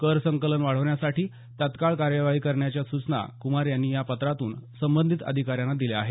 कर संकलन वाढवण्यासाठी तत्काळ कार्यवाही करण्याच्या सूचना कुमार यांनी या पत्रातून संबंधित अधिकाऱ्यांना दिल्या आहेत